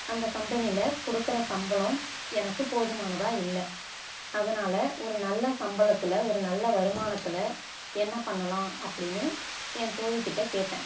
அந்த கம்பெனியில் கொடுக்குற சம்பளம் எனக்கு போதுமானதாக இல்லை அதனால் ஒரு நல்ல சம்பளத்தில் ஒரு நல்ல வருமானத்தில் என்ன பண்ணலாம் அப்படின்னு என் தோழிகிட்டே கேட்டேன்